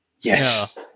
Yes